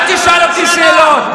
אל תשאל אותי שאלות.